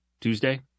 Tuesday